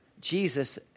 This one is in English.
Jesus